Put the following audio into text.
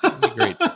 great